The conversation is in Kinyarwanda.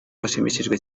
ashimishijwe